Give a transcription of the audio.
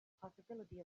possibility